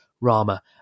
Rama